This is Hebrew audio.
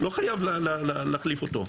לא חייב להחליף אותו.